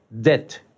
debt